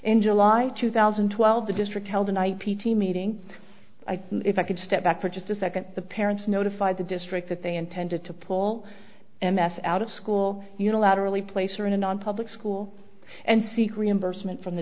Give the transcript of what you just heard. in july two thousand and twelve the district held a night p t a meeting if i could step back for just a second the parents notified the district that they intended to pull m f out of school unilaterally place her in a nonpublic school and seek reimbursement from the